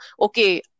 okay